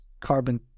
carbon